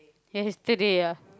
yesterday ah